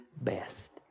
best